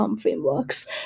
frameworks